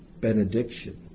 benediction